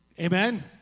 Amen